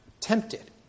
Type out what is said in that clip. tempted